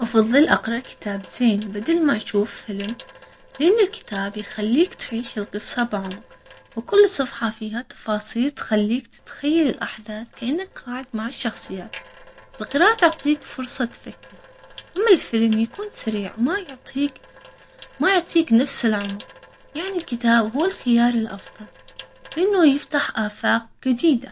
أفضل، أقرأ كتاب زين بدل ما أشوف فيلم، لأن الكتاب يخليك تعيش القصة بعمق، وكل الصفحة فيها تفاصيل تخليك تتخيل الأحداث كأنك قاعد مع الشخصيات، القراءة تعطيك فرصة تفكر، أما الفيلم يكون سريع ما يعطيك ما يعطيك نفس العمق يعني الكتاب.